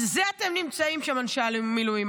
על זה אתם נמצאים שם אנשי המילואים,